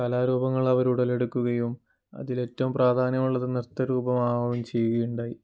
കലാരൂപങ്ങൾ ഉടലെടുകുകയും അതിൽ ഏറ്റവും പ്രാധാന്യമുള്ളത് നൃത്തരൂപമാവുകയും ചെയ്യുക ഉണ്ടായി